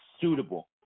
suitable